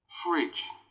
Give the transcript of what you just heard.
Fridge